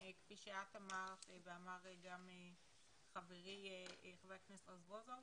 כפי שאת אמרת ואמר גם חבר הכנסת רזבוזוב